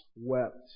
wept